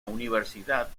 universidad